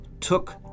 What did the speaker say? took